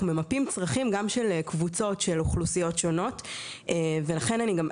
אנחנו גם ממפים צרכים של קבוצות של אוכלוסיות שונות ולכן אני גם,